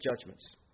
judgments